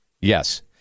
Yes